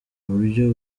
buryo